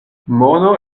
mono